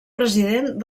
president